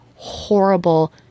Horrible